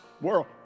world